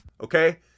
Okay